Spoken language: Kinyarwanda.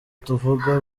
tuvuga